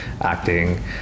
acting